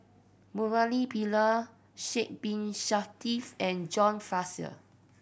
Murali Pillai Sidek Bin and John Fraser